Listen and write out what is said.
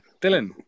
Dylan